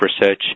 research